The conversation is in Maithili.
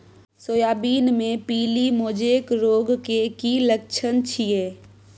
सोयाबीन मे पीली मोजेक रोग के की लक्षण छीये?